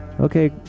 Okay